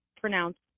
pronounced